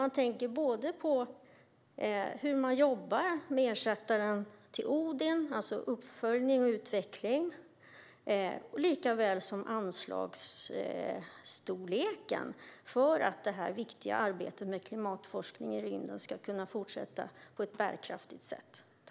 Det gäller både arbetet med ersättaren till Odin, det vill säga uppföljning och utveckling, och anslagsstorleken. Det här viktiga arbetet med klimatforskning i rymden måste kunna fortsätta på ett bärkraftigt sätt.